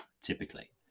typically